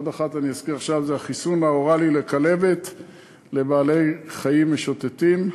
עוד אחת אני אזכיר עכשיו: החיסון האוראלי לכלבת לבעלי-חיים משוטטים,